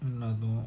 no no